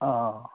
অঁ